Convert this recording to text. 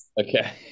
okay